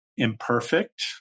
imperfect